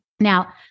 Now